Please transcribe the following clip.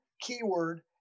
keyword